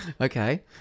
Okay